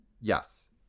Yes